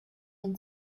and